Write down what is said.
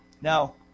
Now